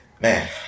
Man